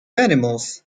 animals